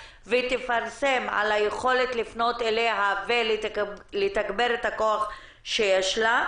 ותפרסם את היכולת לפנות אליה ותתגבר את הכוח שלה.